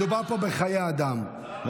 מדובר פה בחיי אדם.